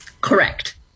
Correct